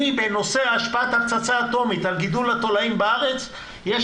בנושא השפעת הפצצה האטומית על גידול התולעים בארץ יש